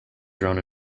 grown